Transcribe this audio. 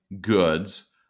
goods